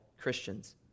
Christians